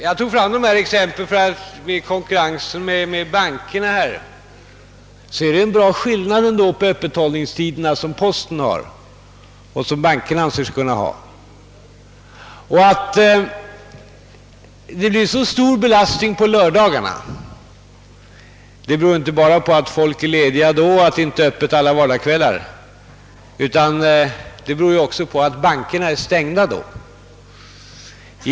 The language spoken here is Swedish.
Jag drog fram exemplen på konkurrens med bankerna; det är ändå stor skillnad mellan de öppethållningstider som posten har och dem som bankerna anser sig kunna ha. Att belastningen blir så stor på lördagarna beror inte bara på att människor är lediga då och att postkontoren inte är öppna på vardagskvällar, utan det beror också på att bankerna är stängda på lördagarna.